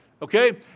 Okay